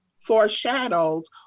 foreshadows